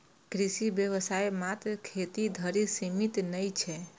कृषि व्यवसाय मात्र खेती धरि सीमित नै छै